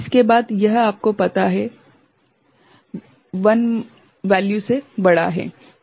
इसके बाद यह आपको पता है 1 मान से बढ़ा है